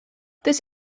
this